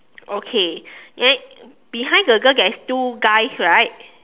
okay then behind the girl there is two guys right